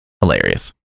hilarious